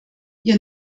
ihr